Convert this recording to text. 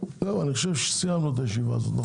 אני חושב שסיימנו את הישיבה הזאת.